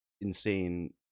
insane